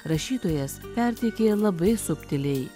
rašytojas perteikė labai subtiliai